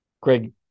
Greg